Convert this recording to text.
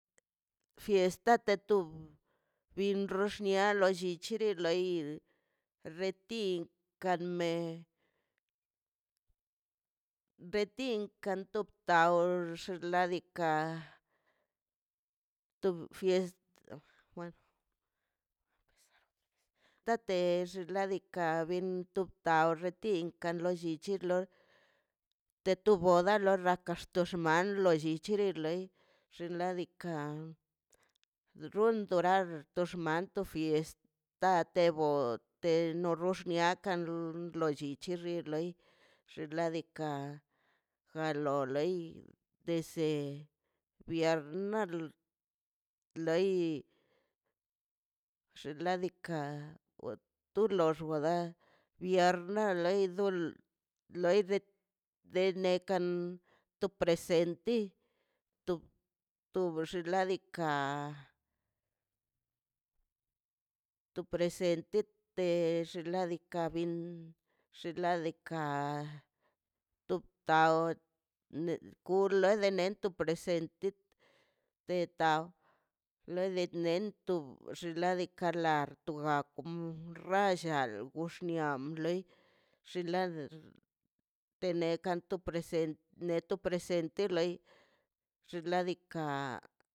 Fiesta de tu bin xox nian lollichiri loi retin kan me retin kan to tawx ladika to fiest bueno kan ben taw ridikin okan lo llichi loi de tu boda lo rraka chox man lo llichili loi xin ladika rrun dorar lox man to fiesta te vo xox niakan xox lo richi loi per ladika galo lei dese pernia loi xin ladika tu bolor dax arnol dool loi denekan to presente to bxinladika to presente xinladika bin xinladika top ka ne lo kulone to presente betaw lo di nento xinladika la toga tom rrallal gull nia lei xinlad te neka to present ne to presente lei xinladika.